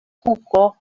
kuko